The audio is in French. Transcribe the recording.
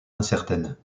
incertaines